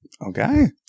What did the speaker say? Okay